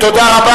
תודה.